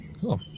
Cool